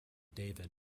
david